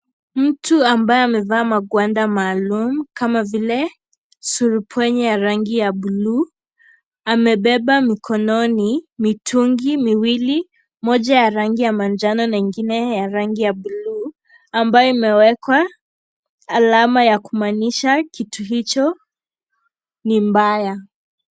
Mtu ambaye amevaa magwanda maalum kama vile surupwenye ya rangi ya blu amebeba mikononi mitungi miwili , moja ya rangi ya manjano na ingine ya rangi ya blu ambayo imewekwa alama ya kumaanisha kitu hicho ni mbaya .